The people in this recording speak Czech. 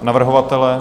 Navrhovatele?